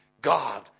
God